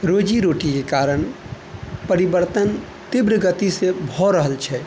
रोजी रोटीके कारण परिवर्तन तीव्र गतिसँ भऽ रहल छै